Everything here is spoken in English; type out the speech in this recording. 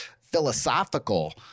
philosophical